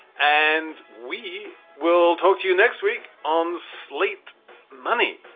and we will talk to you next week on slate money.